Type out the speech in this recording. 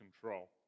control